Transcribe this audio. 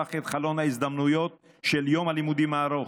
את חלון ההזדמנויות של יום הלימודים הארוך.